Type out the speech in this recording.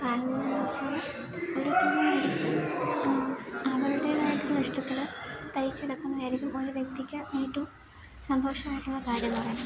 കാരണം എന്ന് വെച്ചാല് ഒരു തുണി മേടിച്ച് അവരുടെതായിട്ടുള്ള ഇഷ്ടത്തില് തയിച്ച് എടുക്കുന്നതായിരിക്കും ഒരു വ്യക്തിക്ക് ഏറ്റവും സന്തോഷമായിട്ടുള്ള കാര്യം എന്ന് പറയുന്നത്